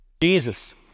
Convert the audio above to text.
Jesus